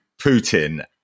Putin